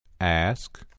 Ask